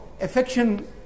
affection